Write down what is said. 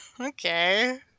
Okay